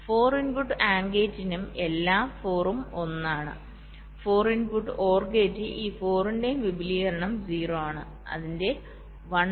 4 input AND ഗേറ്റിനും എല്ലാം 4 ഉം ഒന്നാണ് 4 ഇൻപുട്ട് OR ഗേറ്റ് ഈ 4 ന്റെയും വിപുലീകരണം 0 ആണ് അതിന്റെ 1 മൈനസ് ആണ്